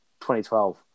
2012